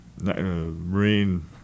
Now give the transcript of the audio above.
Marine